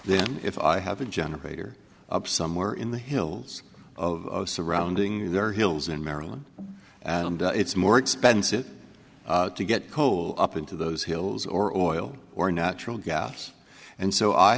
then if i have a generator up somewhere in the hills of surrounding their hills in maryland and it's more expensive to get coal up into those hills or oil or natural gas and so i